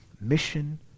mission